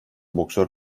boksör